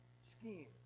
schemes